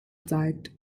gezeigt